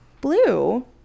Blue